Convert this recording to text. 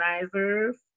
organizers